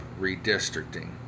redistricting